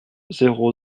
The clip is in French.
zéro